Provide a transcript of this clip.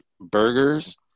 burgers